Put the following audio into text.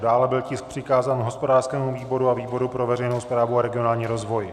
Dále byl tisk přikázán hospodářskému výboru a výboru pro veřejnou správu a regionální rozvoj.